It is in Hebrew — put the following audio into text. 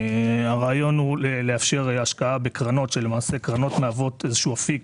הרעיון הוא לאפשר השקעה בקרנות מכיוון שקרנות מהוות איזשהו אפיק,